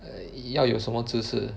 err 要有什么知识